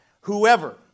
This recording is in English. Whoever